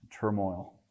turmoil